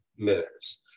minutes